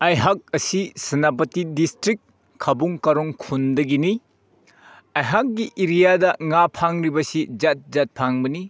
ꯑꯩꯍꯥꯛ ꯑꯁꯤ ꯁꯦꯅꯥꯄꯇꯤ ꯗꯤꯁꯇ꯭ꯔꯤꯛ ꯈꯥꯕꯨꯡ ꯀꯥꯔꯣꯡ ꯈꯨꯟꯗꯒꯤꯅꯤ ꯑꯩꯍꯥꯛꯀꯤ ꯑꯦꯔꯤꯌꯥꯗ ꯉꯥ ꯐꯪꯂꯤꯕꯁꯤ ꯖꯥꯠ ꯖꯥꯠ ꯐꯪꯕꯅꯤ